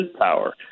power